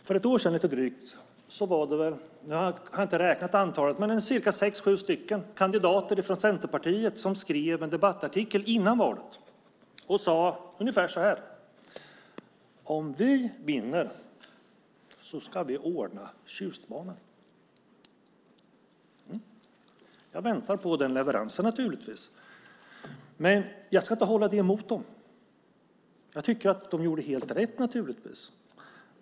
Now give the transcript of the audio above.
För lite drygt ett år sedan var det sex sju stycken - jag har inte räknat dem - kandidater från Centerpartiet som skrev en debattartikel före valet och sade ungefär så här: Om vi vinner ska vi ordna Tjustbanan. Jag väntar på den leveransen. Men jag ska inte hålla det emot dem. Jag tycker att de gjorde helt rätt.